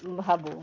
ভাবোঁ